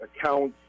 accounts